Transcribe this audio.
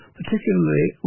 particularly